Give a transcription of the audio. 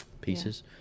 pieces